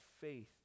faith